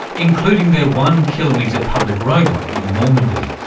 including their one-kilometre public roadway in normandy.